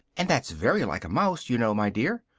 and that's very like a mouse, you know, my dear.